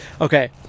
okay